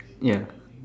ya